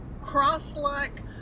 cross-like